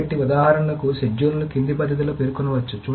కాబట్టి ఉదాహరణకు షెడ్యూల్ను కింది పద్ధతిలో పేర్కొనవచ్చు